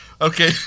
Okay